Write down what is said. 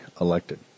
elected